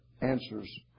answers